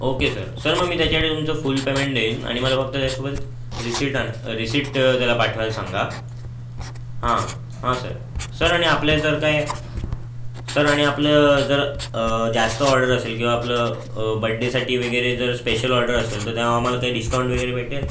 okay sir sir मग मी त्याच्याकडे तुमचं फुल्ल पेमेंट देईन आणि मला फक्त त्यासोबत रिसिट आणा रिसीट त्याला पाठवायला सांगा हां हां सर सर आणि आपल्यात जर काय सर आणि आपलं जर जास्त ऑर्डर असेल किंवा आपलं बड्डेसाठी वगैरे जर स्पेशल ऑर्डर असेल तर त्यावर आम्हाला काय डिस्काउंट वगैैरे भेटेल